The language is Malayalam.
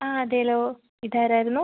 അ അതേലോ ഇത് ആരായിരുന്നു